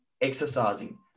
exercising